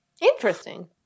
Interesting